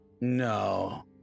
No